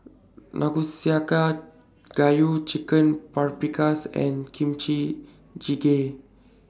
Gayu Chicken Paprikas and Kimchi Jjigae